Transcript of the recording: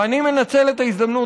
ואני מנצל את ההזדמנות,